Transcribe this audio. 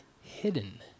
hidden